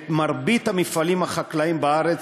את מרבית המפעלים החקלאיים בארץ,